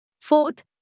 Fourth